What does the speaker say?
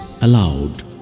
allowed